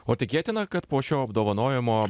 o tikėtina kad po šio apdovanojimo